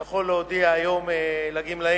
אני יכול להודיע היום לגמלאים,